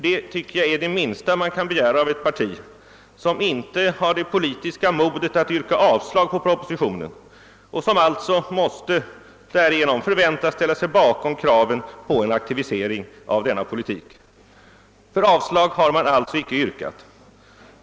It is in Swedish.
Det är väl ändå det minsta man kan begära av ett parti som inte har det politiska modet att yrka avslag på propositionen och som alltså måste förväntas ställa sig bakom kraven på en aktivisering av denna politik. Man har alltså inte yrkat avslag på propositionen.